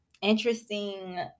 interesting